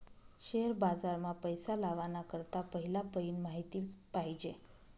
share बाजार मा पैसा लावाना करता पहिला पयीन माहिती पायजे